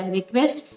request